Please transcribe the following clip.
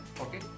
Okay